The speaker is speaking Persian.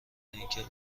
اینکه